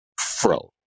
fro